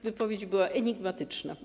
Wypowiedź była enigmatyczna.